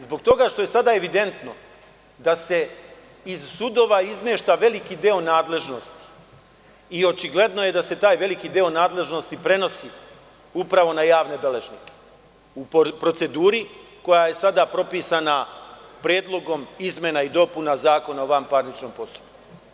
Zbog toga što je sada evidentno da se iz sudova izmešta veliki deo nadležnosti i očigledno je da se taj veliki deo nadležnosti prenosi na javne beležnike u proceduri koja je sada propisana predlogom izmena i dopuna Zakona o vanparničnom postupku.